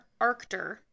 Arctur